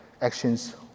actions